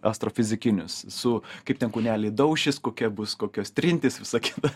astro fizikinius su kaip ten kūneliai daušis kokia bus kokios trintys visa kita